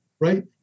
right